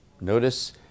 Notice